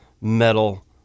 metal